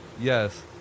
Yes